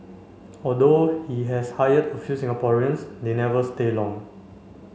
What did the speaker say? although he has hired a few Singaporeans they never stay long